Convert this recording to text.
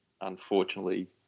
unfortunately